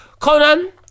Conan